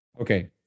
Okay